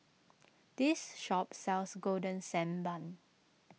this shop sells Golden Sand Bun